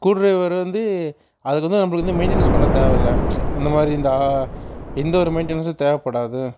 screw ட்ரைவரை வந்து அதுக்கு வந்து நம்ம வந்து மெயின்டெனன்ஸ் பண்ண தேவை இல்லை இந்த மாதிரி இந்த எந்த ஒரு மெயின்டெனன்ஸும் தேவைப்படாது